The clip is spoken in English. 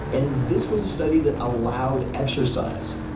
and this was a study that allowed exercise.